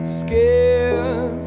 scared